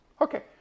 Okay